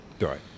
right